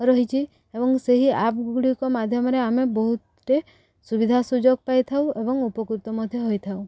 ରହିଛି ଏବଂ ସେହି ଆପ୍ ଗୁଡ଼ିକ ମାଧ୍ୟମରେ ଆମେ ବହୁତଟେ ସୁବିଧା ସୁଯୋଗ ପାଇଥାଉ ଏବଂ ଉପକୃତ ମଧ୍ୟ ହୋଇଥାଉ